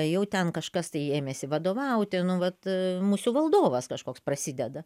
jau ten kažkas tai ėmėsi vadovauti nu vat musių valdovas kažkoks prasideda